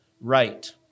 right